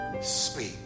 speak